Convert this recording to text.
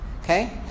okay